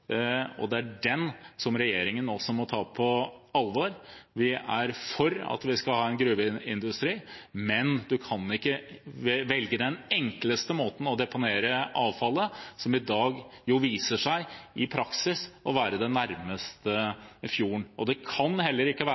og det er den som også regjeringen må ta på alvor. Vi er for at vi skal ha en gruveindustri, men man kan ikke velge den enkleste måten å deponere avfallet på, som i dag i praksis viser seg å være i den nærmeste fjorden. Det kan heller ikke være